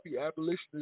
Abolitionist